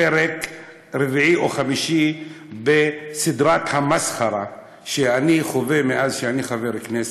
פרק רביעי או חמישי בסדרת המסחרה שאני חווה מאז שאני חבר כנסת.